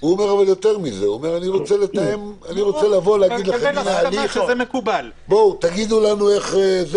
הוא אומר: אני רוצה שתגידו לנו איך.